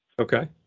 Okay